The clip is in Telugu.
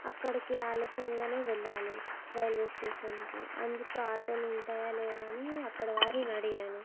అక్కడికి ఆలస్యంగానే వెళ్ళాలి రైల్వే స్టేషన్కు అందుకు ఆటోలు ఉంటాయా లేదా అని అక్కడ వారిని అడిగాను